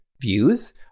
views